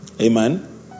Amen